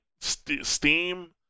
Steam